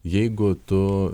jeigu tu